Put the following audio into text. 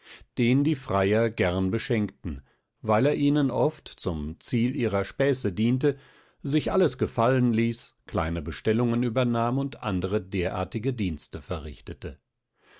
den die freier gern beschenkten weil er ihnen oft zum ziel ihrer späße diente sich alles gefallen ließ kleine bestellungen übernahm und andere derartige dienste verrichtete